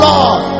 Lord